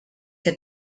que